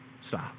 stop